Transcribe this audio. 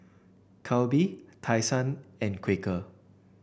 Calbee Tai Sun and Quaker